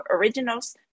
Originals